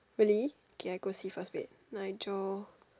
really K I go see first wait Nigel